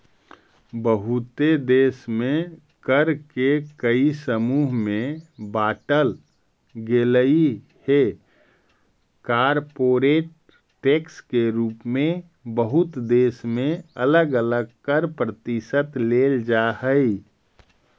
बहुते देश में कर के कई समूह में बांटल गेलइ हे कॉरपोरेट टैक्स के रूप में बहुत देश में अलग अलग कर प्रतिशत लेल जा हई